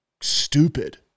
stupid